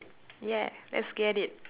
yeah let's get it